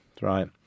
right